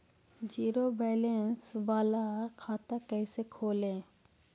Zero balance बाला खाता कैसे खोले?